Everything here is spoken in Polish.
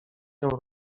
nią